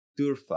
turfa